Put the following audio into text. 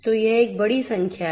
तो यह एक बड़ी संख्या है